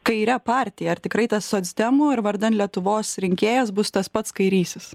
kaire partija ar tikrai tas socdemų ir vardan lietuvos rinkėjas bus tas pats kairysis